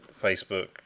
Facebook